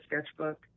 sketchbook